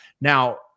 now